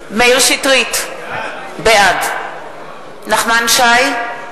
מאיר שטרית, בעד נחמן שי,